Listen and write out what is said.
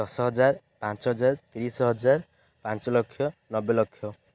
ଦଶ ହଜାର ପାଞ୍ଚ ହଜାର ତିରିଶି ହଜାର ପାଞ୍ଚ ଲକ୍ଷ ନବେ ଲକ୍ଷ